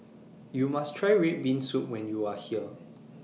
YOU must Try Red Bean Soup when YOU Are here